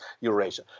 Eurasia